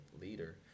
leader